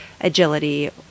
agility